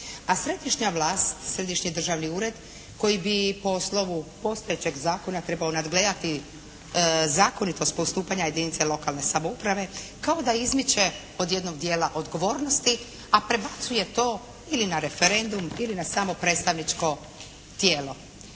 a središnja vlast, središnji državni ured koji bi po slovu postojećeg zakona trebao nadgledati zakonitost postupanja jedinice lokalne samouprave kao da izmiče od jednog dijela odgovornosti, a prebacuje to ili na referendum ili na samo predstavničko tijelo,